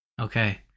Okay